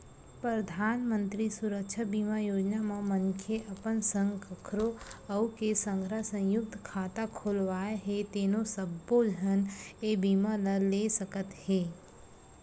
परधानमंतरी सुरक्छा बीमा योजना म मनखे अपन संग कखरो अउ के संघरा संयुक्त खाता खोलवाए हे तेनो सब्बो झन ए बीमा ल ले सकत हे